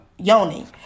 Yoni